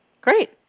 Great